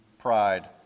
pride